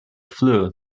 flue